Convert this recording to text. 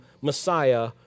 Messiah